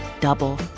double